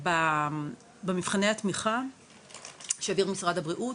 במבחני התמיכה שהעביר משרד הבריאות